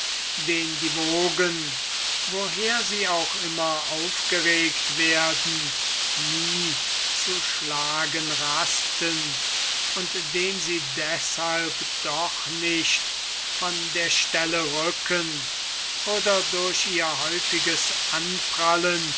den die wogen woher sie auch immer aufgeregt werden nie zu schlagen rasten und den sie deshalb doch nicht von der stelle rücken oder durch ihr häufiges anprallen